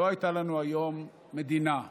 לא הייתה לנו מדינה היום.